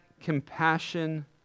compassion